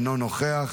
אינו נוכח,